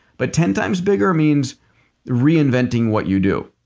but ten times bigger means reinventing what you do,